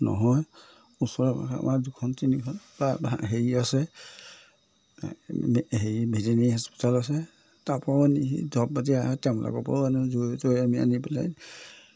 নহয় ওচৰে পৰা আমাৰ দুখন তিনিখন বা হেৰি আছে হেৰি ভেটেনেৰি হস্পিতেল আছে তাৰপৰাও আনি সেই দৰৱ পাতি আহে তেওঁলোকৰ পৰাও আনোঁ য'ৰে তৰে আমি আনি পেলাই